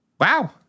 Wow